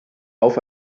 auf